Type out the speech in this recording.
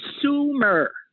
consumer